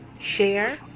share